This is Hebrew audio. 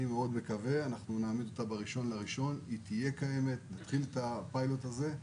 נתחיל את הפיילוט ב-1 לינואר,